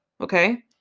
Okay